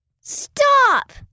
Stop